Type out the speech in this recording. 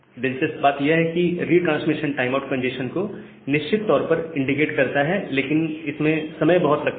दिलचस्प बात यह है कि रिट्रांसमिशन टाइम आउट कंजेस्शन को निश्चित तौर पर इंडिकेट करता है लेकिन इसमें समय बहुत लगता है